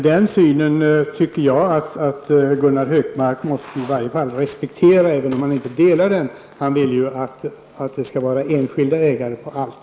Den synen tycker jag att Gunnar Hökmark i varje fall måste respektera, även om han inte delar den. Han vill ju ha enskilt ägande överallt.